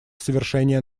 совершения